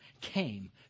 came